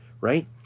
Right